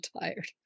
tired